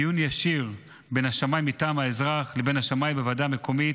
דיון ישיר בין השמאי מטעם האזרח לבין השמאי בוועדה המקומית,